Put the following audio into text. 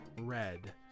red